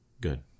Good